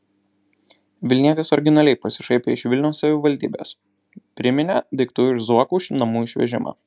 vilnietis originaliai pasišaipė iš vilniaus savivaldybės priminė daiktų iš zuokų namų išvežimą